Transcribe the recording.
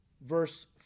verse